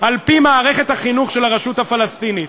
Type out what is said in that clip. על-פי מערכת החינוך של הרשות הפלסטינית.